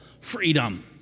freedom